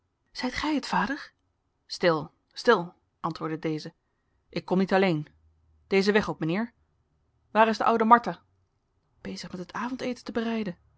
zijt gij het vader stil stil antwoordde deze ik kom niet alleen dezen weg op mijnheer waar is de oude martha bezig met het avondeten te bereiden